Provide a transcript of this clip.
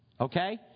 okay